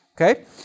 Okay